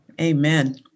Amen